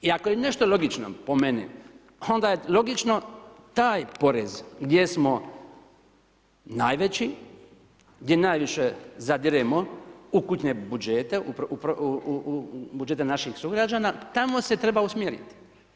I ako je nešto logično po meni, onda je logično taj porez gdje smo najveći, gdje najviše zadiremo u kućne budžete, u budžete naših sugrađana, tamo se treba usmjeriti.